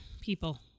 People